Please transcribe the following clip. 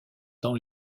dans